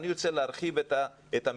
הוא רוצה להרחיב את המתווה,